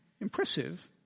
Impressive